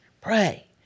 Pray